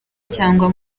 cyangwa